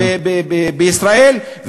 בישראל,